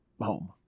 home